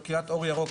או קריאת אור ירוק,